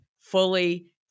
Fully